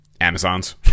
Amazons